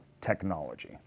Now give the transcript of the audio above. technology